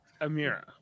Amira